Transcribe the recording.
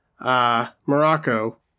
Morocco